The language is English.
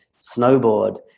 snowboard